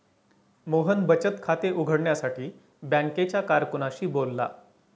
मोहन बचत खाते उघडण्यासाठी बँकेच्या कारकुनाशी बोलला